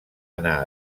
anar